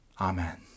Amen